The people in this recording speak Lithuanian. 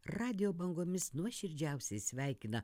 radijo bangomis nuoširdžiausiai sveikina